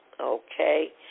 okay